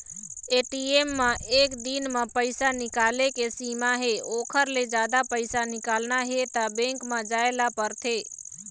ATM म एक दिन म पइसा निकाले के सीमा हे ओखर ले जादा पइसा निकालना हे त बेंक म जाए ल परथे